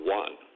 one